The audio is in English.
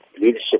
leadership